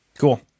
cool